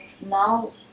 now